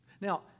Now